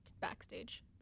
backstage